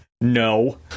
No